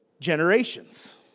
generations